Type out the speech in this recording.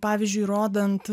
pavyzdžiui rodant